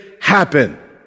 happen